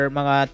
mga